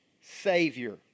Savior